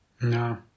No